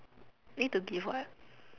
need to give what